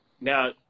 Now